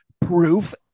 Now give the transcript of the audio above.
proof